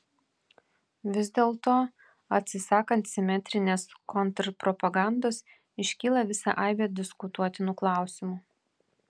vis dėlto atsisakant simetrinės kontrpropagandos iškyla visa aibė diskutuotinų klausimų